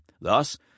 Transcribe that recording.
Thus